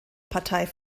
partei